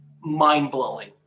mind-blowing